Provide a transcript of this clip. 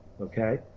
okay